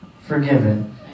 forgiven